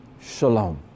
shalom